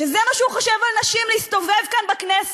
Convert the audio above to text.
שזה מה שהוא חושב על נשים, להסתובב כאן בכנסת,